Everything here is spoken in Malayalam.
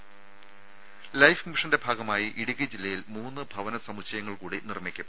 ദേദ ലൈഫ് മിഷന്റെ ഭാഗമായി ഇടുക്കി ജില്ലയിൽ മൂന്ന് ഭവന സമുച്ചയങ്ങൾ കൂടി നിർമ്മിക്കും